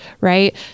right